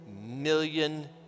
million